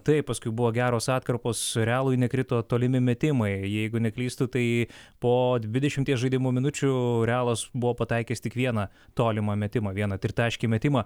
taip paskui buvo geros atkarpos realui nekrito tolimi metimai jeigu neklystu tai po dvidešimties žaidimo minučių realas buvo pataikęs tik vieną tolimą metimą vieną tritaškį metimą